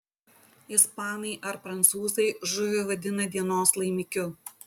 ispanai ar prancūzai žuvį vadina dienos laimikiu